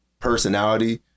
personality